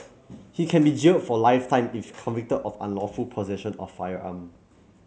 he can be jailed for life time if convicted of unlawful possession of a firearm